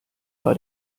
bei